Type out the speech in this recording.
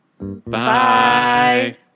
Bye